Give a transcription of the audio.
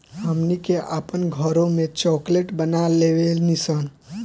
हमनी के आपन घरों में चॉकलेट बना लेवे नी सन